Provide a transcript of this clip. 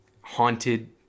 haunted